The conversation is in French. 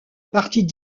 parties